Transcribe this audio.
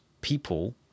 people